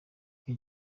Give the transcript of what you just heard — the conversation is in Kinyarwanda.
king